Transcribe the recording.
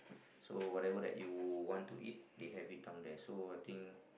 so whatever that you want to eat they have it down there so I think